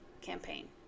campaign